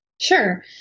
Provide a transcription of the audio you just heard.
Sure